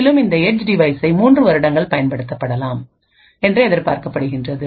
மேலும் இந்த ஏட்ஜ் டிவைசை 3 வருடங்கள் பயன்படுத்தப்படலாம் என்று எதிர்பார்க்கப்படுகிறது